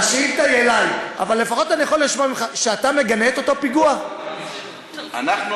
חברת הכנסת ענת ברקו, באמצע הרמדאן,